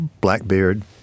Blackbeard